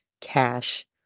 cash